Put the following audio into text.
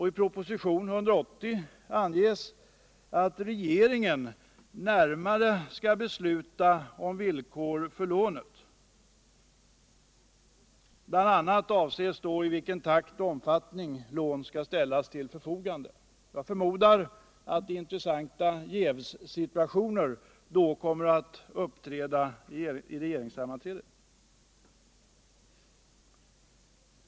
I propositionen 180 anges att regeringen närmare skall besluta om villkoren för lånet. Bl. a. avses då i vilken takt och omfattning lån skall ställas till förfogande. Jag förmodar att intressanta jävssituationer då kommer att uppträda vid regeringssammanträdet.